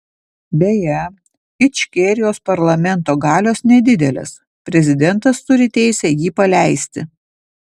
beje ičkerijos parlamento galios nedidelės prezidentas turi teisę jį paleisti